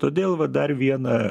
todėl va dar vieną